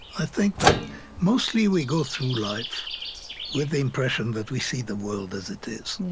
i think that mostly, we go through life with the impression that we see the world as it is. yeah